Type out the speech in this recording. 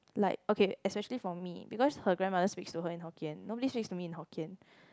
like okay especially for me because her grandmother speaks to her in Hokkien nobody speaks to me in Hokkien